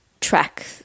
track